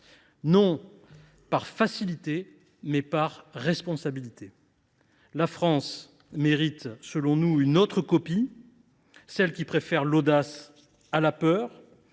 non par facilité, mais par responsabilité. La France mérite selon nous une autre copie : celle qui préfère l’audace à la peur,